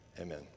Amen